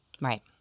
Right